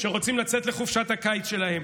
שרוצים לצאת לחופשת הקיץ שלהם.